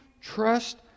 trust